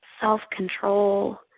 Self-control